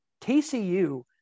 TCU